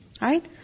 right